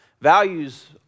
Values